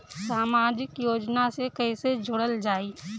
समाजिक योजना से कैसे जुड़ल जाइ?